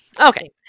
Okay